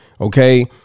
Okay